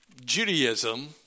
Judaism